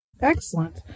Excellent